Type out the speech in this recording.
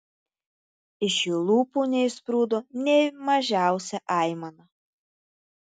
iš jų lūpų neišsprūdo nė mažiausia aimana